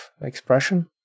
expression